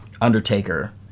Undertaker